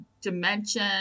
dimension